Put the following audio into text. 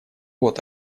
вот